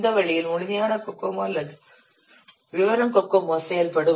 இந்த வழியில் முழுமையான கோகோமோ அல்லது விவரம் கோகோமோ செயல்படும்